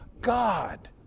God